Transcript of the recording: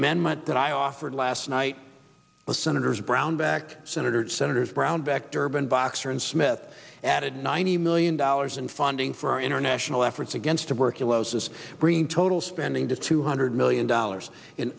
amendment that i offered last night with senators brownback senator senators brownback durbin boxer and smith added ninety million dollars in funding for our international efforts against tuberculosis bringing total spending to two hundred million dollars